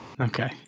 Okay